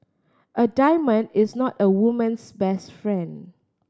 a diamond is not a woman's best friend